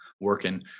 working